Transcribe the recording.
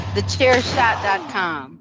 TheChairShot.com